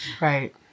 Right